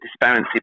disparity